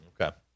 Okay